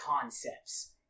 concepts